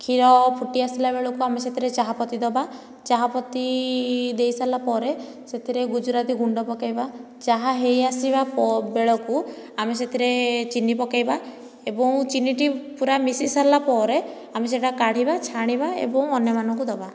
କ୍ଷୀର ଫୁଟି ଆସିବା ବେଳକୁ ସେଥିରେ ଚାହା ପତି ଦେବା ଚାହା ପତି ଦେଇସାରିଲା ପରେ ସେଥିରେ ଗୁଜୁରାତି ଗୁଣ୍ଡ ପକେଇ ବା ଚାହା ହୋଇଆସିଲା ବେଳକୁ ଆମେ ସେଥିରେ ଚିନି ପକେଇ ବା ଏବଂ ଚିନି ଟା ପୁରା ମିଶି ସାରିଲା ପରେ ଆମେ ସେଇଟା କାଢ଼ିବା ଛାଣିବା ଏବଂ ଅନ୍ୟମାନଙ୍କୁ ଦେବା